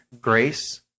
grace